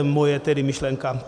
Moje tedy myšlenka.